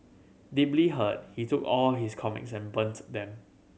deeply hurt he took all his comics and burns them